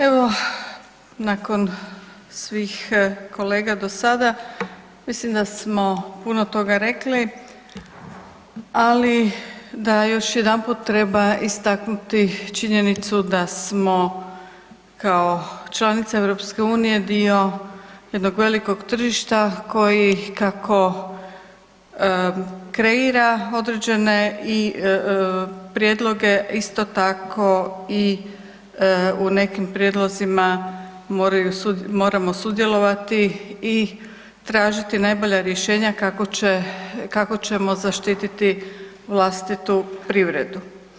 Evo nakon svih kolega do sada mislim da smo puno toga rekli, ali da još jedanput treba istaknuti činjenicu da smo kao članica EU dio jednog velikog tržišta koji kako kreira određene i prijedloge isto tako i u nekim prijedlozima moramo sudjelovati i tražiti najbolja rješenja kako će, kako ćemo zaštititi vlastitu privredu.